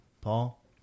Paul